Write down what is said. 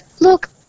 look